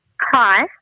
Hi